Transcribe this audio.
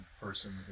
person